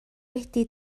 wedi